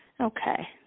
okay